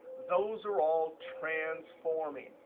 those are all transforming.